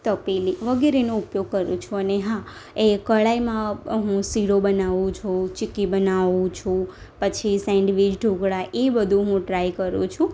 તપેલી વગેરેનો ઉપયોગ કરું છું અને હા એ કડાઇમાં હું શીરો બનાવુ છુ ચીક્કી બનાવું છું પછી સેન્ડવીચ ઢોકળાં એ બધુ હું ટ્રાય કરું છું